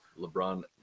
LeBron